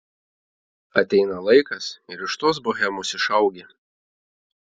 ateina laikas ir iš tos bohemos išaugi